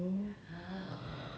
I don't know lah just